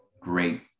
great